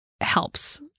helps